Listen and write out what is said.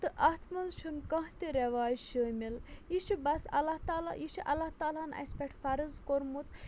تہٕ اَتھ منٛز چھُنہٕ کانٛہہ تہِ رٮ۪واج شٲمِل یہِ چھُ بَس اللہ تعالیٰ یہِ چھُ اللہ تعالیٰ ہن اَسہِ پٮ۪ٹھ فرض کوٚرمُت